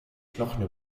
knochen